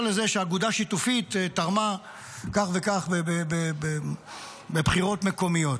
לזה שהאגודה שיתופית תרמה כך וכך בבחירות מקומיות.